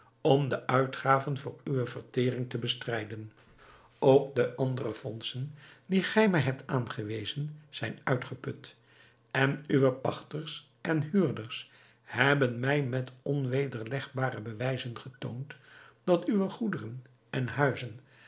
om de uitgaven voor uwe verteringen te bestrijden ook de andere fondsen die gij mij hebt aangewezen zijn uitgeput en uwe pachters en huurders hebben mij met onwederlegbare bewijzen getoond dat uwe goederen en huizen